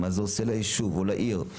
מה זה עושה ליישוב או לעיר,